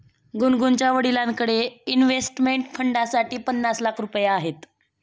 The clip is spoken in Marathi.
गुनगुनच्या वडिलांकडे इन्व्हेस्टमेंट फंडसाठी पन्नास लाख रुपये आहेत